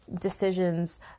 decisions